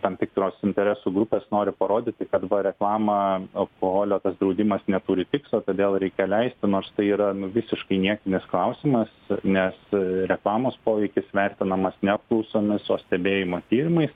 tam tikros interesų grupės nori parodyti kad va reklamą alkoholio tas draudimas neturi tikslo todėl reikia leisti nors tai yra nu visiškai niekinis klausimas nes reklamos poveikis vertinamas ne apklausomis o stebėjimo tyrimais